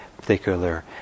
particular